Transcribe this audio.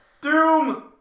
Doom